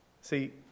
See